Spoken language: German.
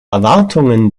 erwartungen